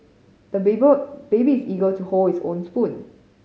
the baby is eager to hold his own spoon